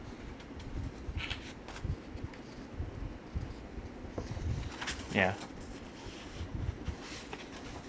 ya